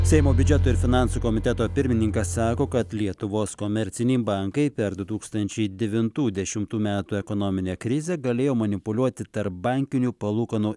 seimo biudžeto ir finansų komiteto pirmininkas sako kad lietuvos komerciniai bankai per du tūkstančiai devintų dešimtų metų ekonominę krizę galėjo manipuliuoti tarpbankinių palūkanų